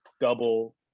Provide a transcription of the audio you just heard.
double